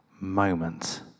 moment